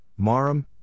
Marum